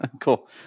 Cool